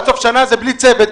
עד סוף השנה זה בלי צוות,